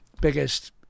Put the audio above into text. biggest